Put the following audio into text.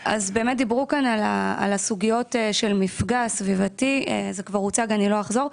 דיברו כאן על הסוגיות של מפגע סביבתי; זה כבר הוצג ואני לא אחזור.